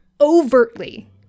overtly